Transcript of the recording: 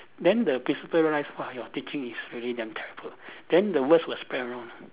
then the principal realise !wah! your teaching is really damn terrible then the words will spread around